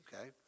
okay